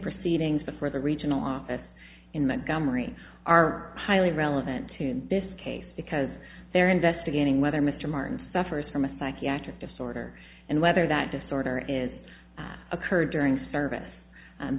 proceedings before the regional office in montgomery are highly relevant to this case because they're investigating whether mr martin suffers from a psychiatric disorder and whether that disorder is occurred during service